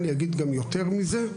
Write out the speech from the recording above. אני אגיד גם יותר מזה,